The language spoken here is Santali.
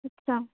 ᱤᱠᱛᱟ